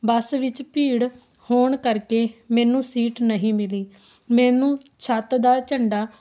ਬੱਸ ਵਿੱਚ ਭੀੜ ਹੋਣ ਕਰਕੇ ਮੈਨੂੰ ਸੀਟ ਨਹੀਂ ਮਿਲੀ ਮੈਨੂੰ ਛੱਤ ਦਾ ਝੰਡਾ